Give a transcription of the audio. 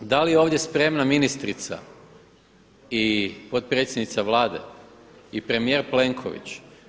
Da li je ovdje spremna ministrica i potpredsjednica Vlade i premijer Plenković?